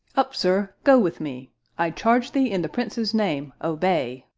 up, sir, go with me i charge thee in the prince's name obey.